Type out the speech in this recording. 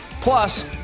plus